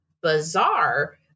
bizarre